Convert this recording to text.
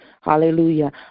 hallelujah